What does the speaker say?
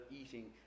eating